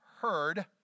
heard